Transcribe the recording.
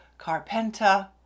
carpenta